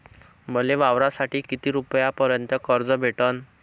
मले वावरासाठी किती रुपयापर्यंत कर्ज भेटन?